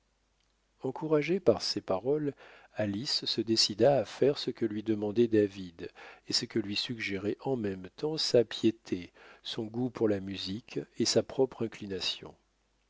encouragée par ces paroles alice se décida à faire ce que lui demandait david et ce que lui suggéraient en même temps sa piété son goût pour la musique et sa propre inclination